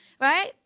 Right